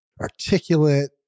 articulate